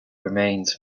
remains